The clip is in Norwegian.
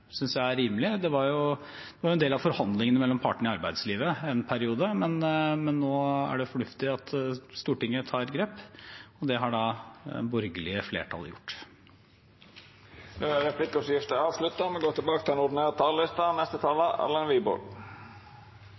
jeg er rimelig. Det var jo en del av forhandlingene mellom partene i arbeidslivet en periode, men nå er det fornuftig at Stortinget tar grep, og det har det borgerlige flertallet gjort. Replikkordskiftet er avslutta. Det kom frem flere interessante ting i replikkordskiftet. Den ene var statsråden og